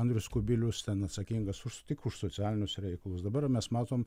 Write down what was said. andrius kubilius ten atsakingas už tik už socialinius reikalus dabar mes matom